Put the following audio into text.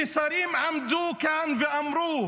כששרים עמדו כאן ואמרו